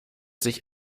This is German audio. sich